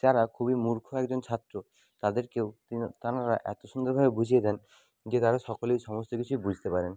যারা খুবই মূর্খ একজন ছাত্র তাদেরকেও তিনি তারা এতো সুন্দরভাবে বুঝিয়ে দেন যে তারা সকলেই সমস্ত কিছুই বুঝতে পারেন